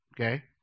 Okay